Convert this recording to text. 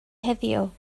heddiw